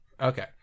Okay